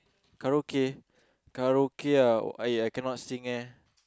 karaoke karaoke ah I I cannot sing eh